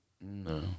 No